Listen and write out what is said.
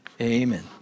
amen